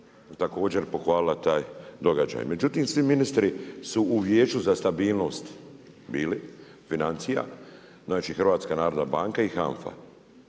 također pohvalila taj događaj. Međutim, svi ministri su u Vijeću za stabilnost bili financija, znači HNB i HANFA.